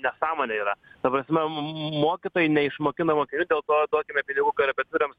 nesąmonė yra ta prasme mokytojai neišmokina mokinių dėl to duokime pinigų korepetitoriams